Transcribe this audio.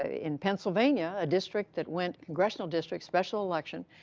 ah in pennsylvania, a district that went congressional district, special election,